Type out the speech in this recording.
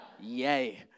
Yay